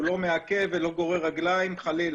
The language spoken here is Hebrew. הוא לא מעכב ולא גורר רגליים, חלילה.